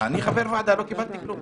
אני חבר ועדה, לא קיבלתי כלום.